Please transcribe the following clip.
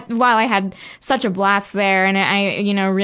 while i had such a blast there, and i, you know,